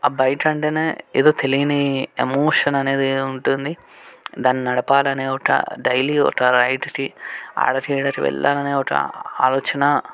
ఆ బైక్ అంటేనే ఏదో తెలియని ఎమోషన్ అనేది ఉంటుంది దాన్ని నడపాలని ఒక డైలీ ఒక రైడ్కి ఆడకి ఈడకి వెళ్ళాలనే ఒక ఆలోచన